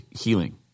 healing